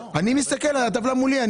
אני מסתכל, הטבלה מולי.